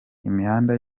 imihanda